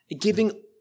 Giving